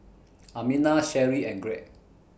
Amina Sherri and Greg